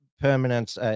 permanent